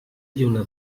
lluna